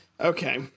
Okay